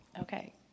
Okay